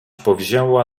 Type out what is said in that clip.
powzięła